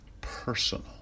personal